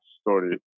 story